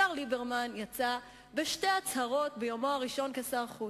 השר ליברמן יצא בשתי הצהרות ביומו הראשון כשר החוץ.